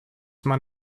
man